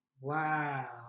Wow